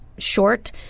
Short